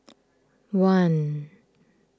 one